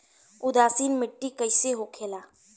उदासीन मिट्टी कईसन होखेला?